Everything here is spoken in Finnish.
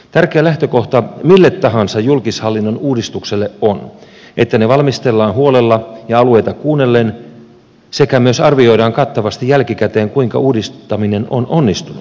tärkeä lähtökohta mille tahansa julkishallinnon uudistukselle on että se valmistellaan huolella ja alueita kuunnellen sekä myös arvioidaan kattavasti jälkikäteen kuinka uudistaminen on onnistunut